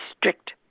strict